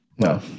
No